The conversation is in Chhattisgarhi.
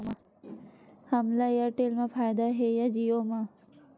हमला एयरटेल मा फ़ायदा हे या जिओ मा?